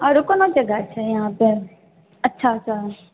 आओरो कोनो जगह छै यहाँपे अच्छा सा